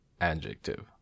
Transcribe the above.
Adjective